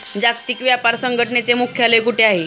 जागतिक व्यापार संघटनेचे मुख्यालय कुठे आहे?